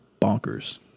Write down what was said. bonkers